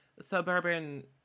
suburban